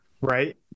Right